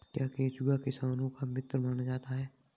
क्या केंचुआ किसानों का मित्र माना जाता है?